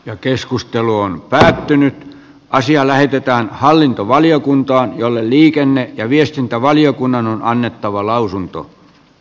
ja keskustelu on päättynyt ja asia lähetetään hallintovaliokuntaan jolle liikenne ja viestintävaliokunnan on näihin kysymyksiin